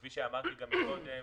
כפי שאמרתי גם קודם,